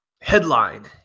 headline